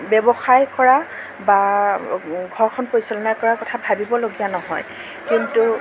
ব্য়ৱসায় কৰা বা ঘৰখন পৰিচালনা কৰাৰ কথা ভাবিবলগীয়া নহয় কিন্তু